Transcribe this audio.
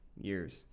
years